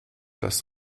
das